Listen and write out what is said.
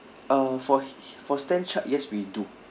uh for for stan chart yes we do